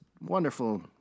wonderful